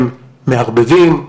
הם מערבבים.